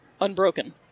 unbroken